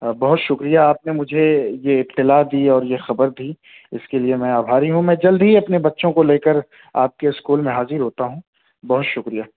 بہت شکریہ آپ نے مجھے یہ اطلاع دی اور یہ خبر دی اس کے لیے میں آبھاری ہوں میں جلد ہی اپنے بچوں کو لے کر آپ کے اسکول میں حاضر ہوتا ہوں بہت شکریہ